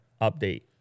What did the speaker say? update